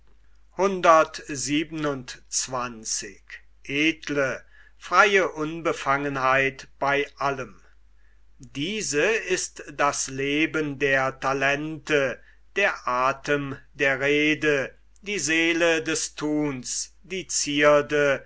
diese ist das leben der talente der athem der rede die seele des thuns die zierde